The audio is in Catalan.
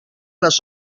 les